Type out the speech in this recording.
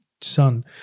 son